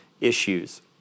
issues